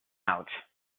out